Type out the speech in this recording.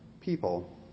people